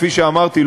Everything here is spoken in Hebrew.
כפי שאמרתי,